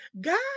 God